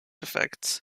effects